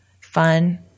fun